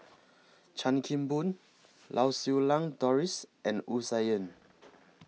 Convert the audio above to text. Chan Kim Boon Lau Siew Lang Doris and Wu Tsai Yen